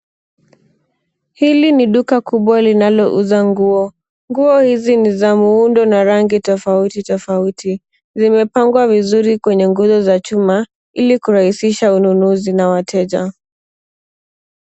Hili ni duka kubwa linalouza nguo. Nguo hizi ni za muundo na rangi tofauti tofauti zimepangwa vizuri kwenye nguzo za chuma ili kurahisisha ununuzi na wateja.